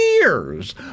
years